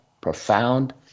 profound